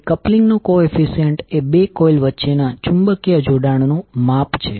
તેથી કપલીંગનો કોએફીસીઅન્ટ એ બે કોઇલ વચ્ચેના ચુંબકીય જોડાણ નું માપ છે